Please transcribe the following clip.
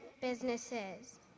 businesses